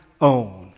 own